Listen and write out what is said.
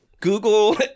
Google